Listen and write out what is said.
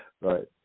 Right